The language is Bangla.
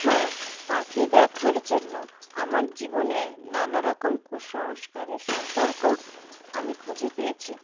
হ্যাঁ পাখি দেখার জন্য আমার জীবনে নানারকম কুসংস্কারের সম্পর্কও আমি খুঁজে পেয়েছি